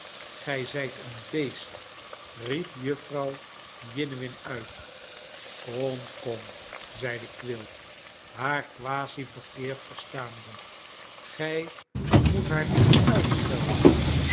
gij zijt een beest riep jufvrouw jiniwin uit kom kom zeide quilp haar quasi verkeerd verstaande gij moet haar niet uitschelden